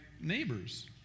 neighbors